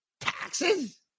Taxes